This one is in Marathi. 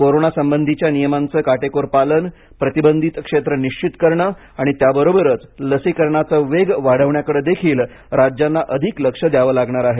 कोरोना संबंधीच्या नियमांचं काटेकोर पालन प्रतिबंधित क्षेत्र निश्वित करण आणि त्याबरोबरच लसीकरणाचा वेग वाढवण्याकडेही राज्यांना अधिक लक्ष द्यावं लागणार आहे